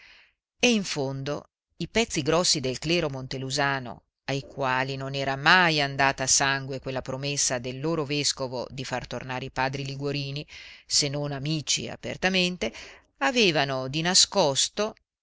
e in fondo i pezzi grossi del clero montelusano ai quali non era mai andata a sangue quella promessa del loro vescovo di far tornare i padri liguorini se non amici apertamente avevano di nascosto